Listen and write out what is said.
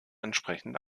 entsprechend